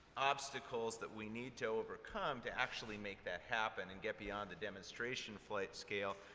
obstacles that we need to overcome to actually make that happen and get beyond the demonstration flight scale?